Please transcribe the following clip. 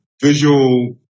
visual